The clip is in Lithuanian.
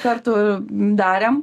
kartu darėm